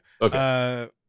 Okay